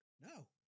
No